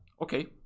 Okay